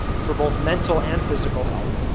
for both mental and physical health.